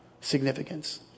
significance